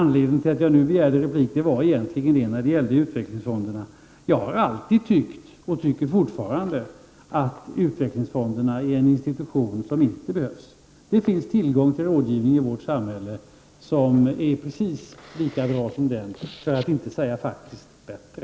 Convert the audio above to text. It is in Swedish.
Anledningen till att jag nu begärde ordet var att jag har alltid tyckt — och tycker fortfarande — att utvecklingsfonderna är en institution som inte behövs. Det finns tillgång till rådgivning i vårt samhälle som är precis lika bra som den som utvecklingsfonden tillhandahåller, för att inte säga bättre.